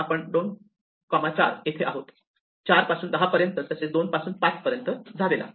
आपण 24 येथे आहोत 4 पासून 10 पर्यंत तसेच 2 पासून 5 पर्यंत जावे लागते